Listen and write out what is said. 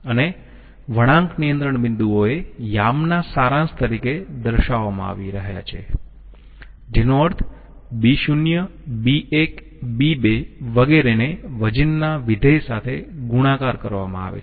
અને વળાંક નિયંત્રણ બિંદુઓએ યામના સારાંશ તરીકે દર્શાવવામાં આવી રહ્યા છે જેનો અર્થ B0 B1 B2 વગેરે ને વજનના વિધેય સાથે ગુણાકાર કરવામાં આવે છે